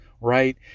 Right